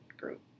group